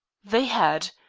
they had.